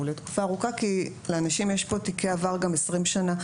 הוא לתקופה ארוכה כי לאנשים יש פה תיקי עבר גם 20 שנה,